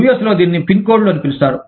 US లో దీనిని pin కోడ్లు అని పిలుస్తారు